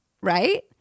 right